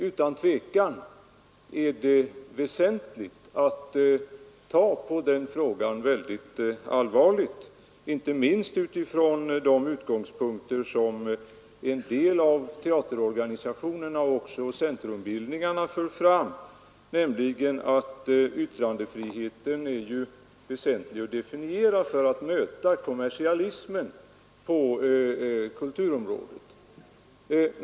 Utan tvekan är det väsentligt att ta mycket allvarligt på den frågan, inte minst utifrån de utgångspunkter som en del av teaterorganisationerna och också centrum bildningarna för fram — nämligen att det är viktigt att definiera yttrandefriheten för att möta kommersialismen på kulturområdet.